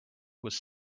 was